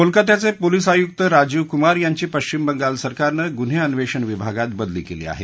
कोलकात्याचे पोलीस आयुक्त राजीव कुमार यांची पश्चिम बंगाल सरकारनं गुन्हे अन्वेषंण विभागात बदली केली आहे